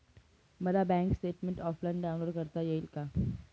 मला bank statement offline download करता येईल का?